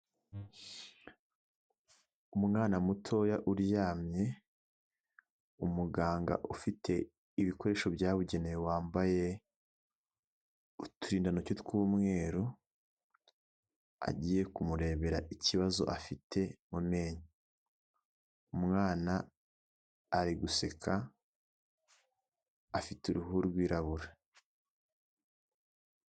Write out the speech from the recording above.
Umwana mutoya uryamye, umuganga ufite ibikoresho byabugenewe wambaye uturindantoki tw'umweru agiye kumurebera ikibazo afite mu menyo, umwana ari guseka afite uruhu rwirabura.